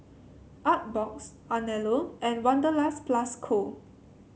Artbox Anello and Wanderlust Plus Co